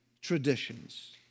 traditions